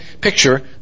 picture